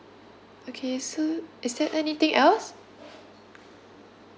okay so is there anything else